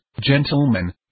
gentlemen